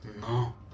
No